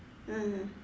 mm